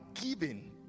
given